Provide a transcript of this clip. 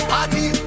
Party